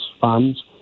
funds